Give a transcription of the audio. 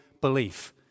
belief